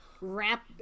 wrap